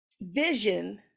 vision